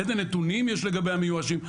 איזה נתונים יש לגבי המיואשים?